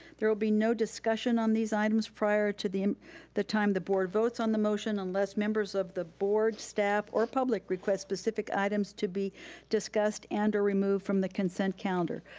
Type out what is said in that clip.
there will be no discussion on these items prior to the the time the board votes on the motion unless members of the board, staff or public request specific items to be discussed and or removed from the consent calendar.